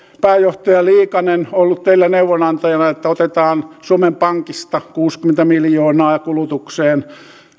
pääjohtaja liikanen ollut teille neuvonantajana että otetaan suomen pankista kuusikymmentä miljoonaa kulutukseen